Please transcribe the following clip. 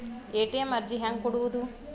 ATM ಅರ್ಜಿ ಹೆಂಗೆ ಕೊಡುವುದು?